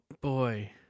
boy